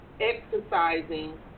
exercising